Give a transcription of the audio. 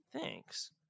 Thanks